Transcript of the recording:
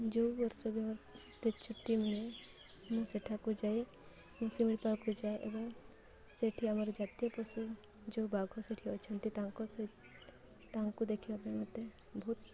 ଯୋଉ ବର୍ଷ ବି ମୋତେ ଛୁଟି ମିଳେ ମୁଁ ସେଠାକୁ ଯାଇ ମୁଁ ଶିମିଳିପାଳକୁ ଯାଏ ଏବଂ ସେଇଠି ଆମର ଜାତୀୟ ପଶୁ ଯେଉଁ ବାଘ ସେଠି ଅଛନ୍ତି ତାଙ୍କ ତାଙ୍କୁ ଦେଖିବା ପାଇଁ ମୋତେ ବହୁତ